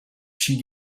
she